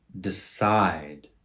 decide